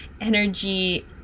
energy